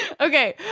okay